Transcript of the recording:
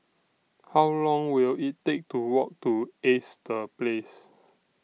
How Long Will IT Take to Walk to Ace The Place